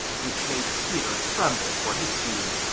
which made peter tremble for his scheme.